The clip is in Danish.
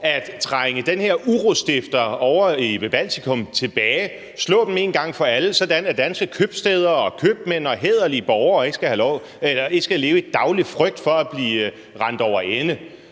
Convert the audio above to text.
at trænge den her urostifter ovre ved Baltikum tilbage, slå dem en gang for alle, sådan at danske købstæder og købmænd og hæderlige borgere ikke skal leve i daglig frygt for at blive rendt over ende.